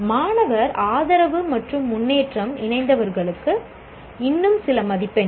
மாணவர் ஆதரவு மற்றும் முன்னேற்றம் இணைந்தவர்களுக்கு இன்னும் சில மதிப்பெண்கள்